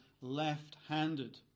left-handed